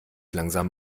langsam